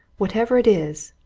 whatever it is,